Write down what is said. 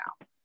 now